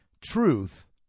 truth